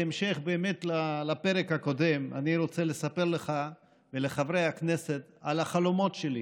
באמת בהמשך לפרק הקודם אני רוצה לספר לך ולחברי הכנסת על החלומות שלי: